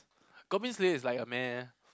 Goblin Slayer is like a meh